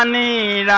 um the